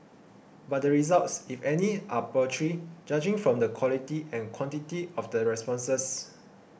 but the results if any are paltry judging from the quality and quantity of the responses